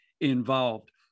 involved